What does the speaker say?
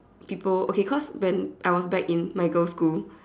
people okay cause when I was back in my girls school